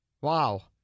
wow